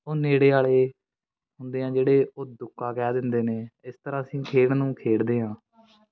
ਉਹ ਨੇੜੇ ਵਾਲੇ ਹੁੰਦੇ ਆ ਜਿਹੜੇ ਉਹ ਦੁੱਕਾ ਕਹਿ ਦਿੰਦੇ ਨੇ ਇਸ ਤਰ੍ਹਾਂ ਅਸੀਂ ਖੇਡ ਨੂੰ ਖੇਡਦੇ ਹਾਂ